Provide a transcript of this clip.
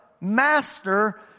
master